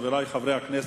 חברי חברי הכנסת,